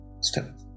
step